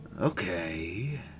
okay